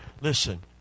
Listen